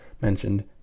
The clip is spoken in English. mentioned